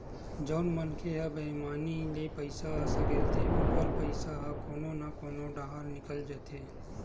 जउन मनखे ह बईमानी ले पइसा सकलथे ओखर पइसा ह कोनो न कोनो डाहर निकल जाथे